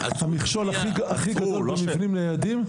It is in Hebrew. המכשול הכי גדול הוא מבנים ניידים,